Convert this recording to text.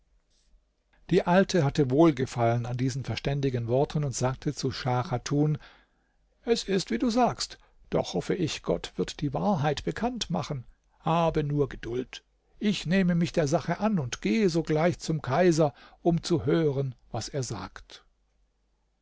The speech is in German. die alte hatte wohlgefallen an diesen verständigen worten und sagte zu schah chatun es ist wie du sagst doch hoffe ich gott wird die wahrheit bekannt machen habe nur geduld ich nehme mich der sache an und gehe sogleich zum kaiser um zu hören was er sagt